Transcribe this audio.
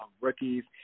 Rookies